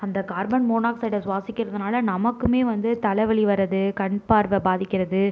அந்த கார்பன் மோனாக்சைடை சுவாசிக்கிறதுனால் நமக்குமே வந்து தலைவலி வருது கண் பார்வை பாதிக்கிறது